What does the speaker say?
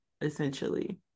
essentially